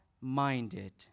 minded